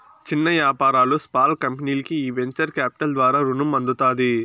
చిన్న యాపారాలు, స్పాల్ కంపెనీల్కి ఈ వెంచర్ కాపిటల్ ద్వారా రునం అందుతాది